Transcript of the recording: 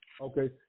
Okay